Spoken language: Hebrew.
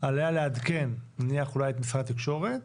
עליה לעדכן נניח אולי את משרד התקשורת